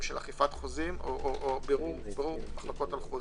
של אכיפת חוזים או בירור מחלוקות על חוזים.